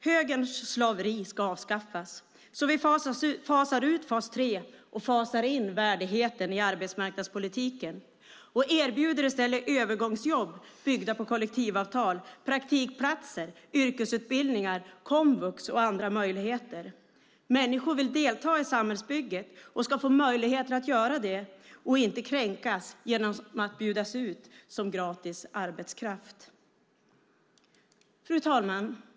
Högerns slaveri ska avskaffas, så vi fasar ut fas 3 och fasar in värdigheten i arbetsmarknadspolitiken och erbjuder i stället övergångsjobb byggda på kollektivavtal, praktikplatser, yrkesutbildningar, komvux och andra möjligheter. Människor vill delta i samhällsbygget och ska få möjligheter att göra det och inte kränkas genom att bjudas ut som gratis arbetskraft. Fru talman!